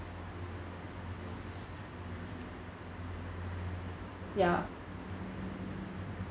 ya